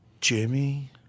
Jimmy